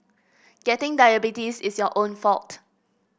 getting diabetes is your own fault